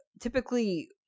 typically